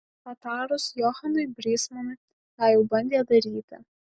patarus johanui brysmanui tą jau bandė daryti